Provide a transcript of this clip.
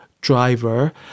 driver